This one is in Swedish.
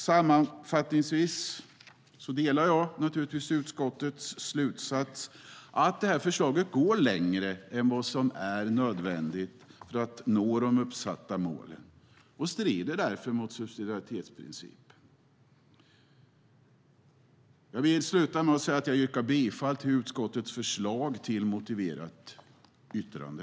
Sammanfattningsvis delar jag utskottets slutsats att förslaget går längre än vad som är nödvändigt för att uppnå de uppsatta målen och därmed strider mot subsidiaritetsprincipen. Jag vill avsluta med att säga att jag yrkar bifall till utskottets förslag till motiverat yttrande.